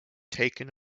taken